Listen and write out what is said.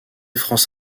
france